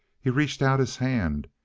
he reached out his hand,